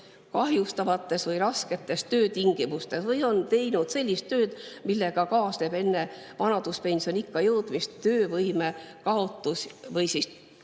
kahjustavates või rasketes töötingimustes või on teinud sellist tööd, millega kaasneb enne vanaduspensioniikka jõudmist töövõime kaotus või selle